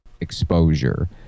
exposure